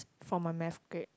for my math grade